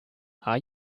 are